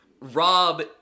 rob